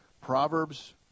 Proverbs